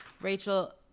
Rachel